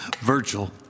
Virgil